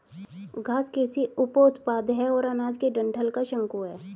घास कृषि उपोत्पाद है और अनाज के डंठल का शंकु है